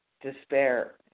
despair